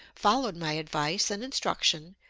followed my advice and instruction,